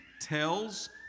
tells